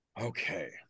Okay